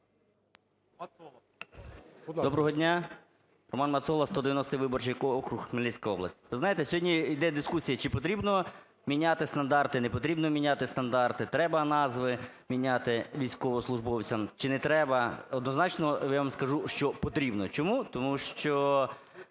Доброго дня. РоманМацола, 190 виборчий округ, Хмельницька область. Ви знаєте, сьогодні йде дискусія: чи потрібно міняти стандарти, не потрібно стандарти; треба назви міняти військовослужбовцям, чи не треба. Однозначно я вам скажу, що потрібно. Чому? Тому що,